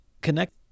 Connect